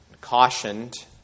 cautioned